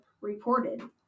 reported